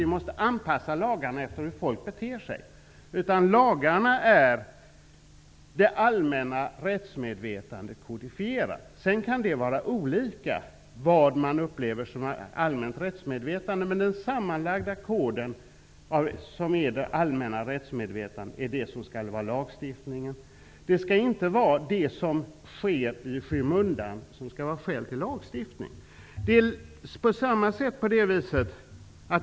Vi måste inte anpassa lagarna efter hur folk beter sig, utan lagarna är det allmänna rättsmedvetandet kodifierat. Sedan kan man på olika sätt uppfatta vad som är allmänt rättsmedvetande, men den sammanlagda koden för det allmänna rättsmedvetandet skall vara lagstiftningen. Det skall inte vara det som sker i skymundan som skall ligga till grund för lagstiftning.